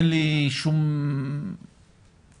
אין לי שום כיוון,